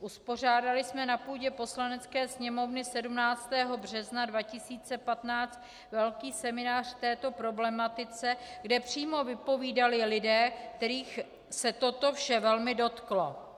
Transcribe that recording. Uspořádali jsme na půdě Poslanecké sněmovně 17. března 2015 velký seminář k této problematice, kde přímo vypovídali lidé, kterých se toto vše velmi dotklo.